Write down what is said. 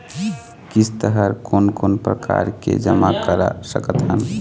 किस्त हर कोन कोन प्रकार से जमा करा सकत हन?